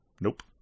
Nope